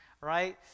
right